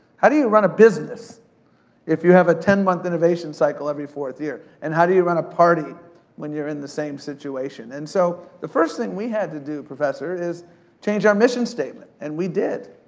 how do you run a business if you have a ten month innovation cycle every fourth year? and how do you run a party when you're in the same situation? and so, the first thing we had to do, professor, is change our mission statement, and we did.